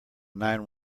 nine